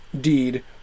deed